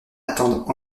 attendent